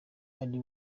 ari